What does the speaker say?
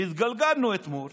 והתגלגלנו אתמול